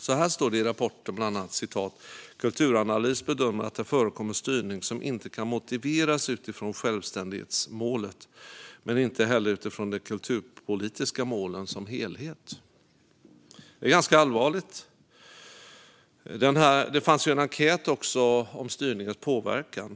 Så här står det bland annat i rapporten: "Kulturanalys bedömer att det förekommer styrning som inte kan motiveras utifrån självständighetsmålet, men heller inte utifrån de kulturpolitiska målen som helhet." Det är ganska allvarligt. Det fanns också en enkät om styrningens påverkan.